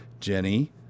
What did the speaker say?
Jenny